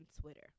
Twitter